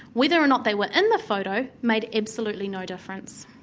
whether or not they were in the photo made absolutely no difference.